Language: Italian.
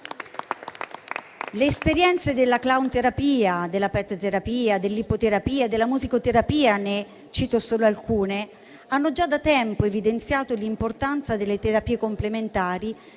Le esperienze della clownterapia, della pet-terapia, dell'ippoterapia e della musicoterapia - ne cito solo alcune - hanno già da tempo evidenziato l'importanza delle terapie complementari